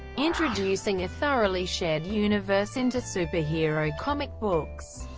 introducing a thoroughly shared universe into superhero comic books.